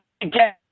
again